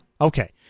Okay